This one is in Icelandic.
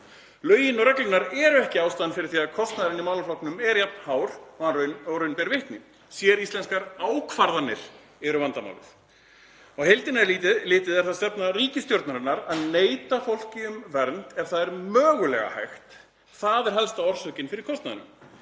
Lögin og reglurnar eru ekki ástæðan fyrir því að kostnaðurinn í málaflokknum er jafn hár og raun ber vitni. Séríslenskar ákvarðanir eru vandamálið. Á heildina litið er það stefna ríkisstjórnarinnar að neita fólki um vernd ef það er mögulega hægt. Það er helsta orsökin fyrir kostnaðinum.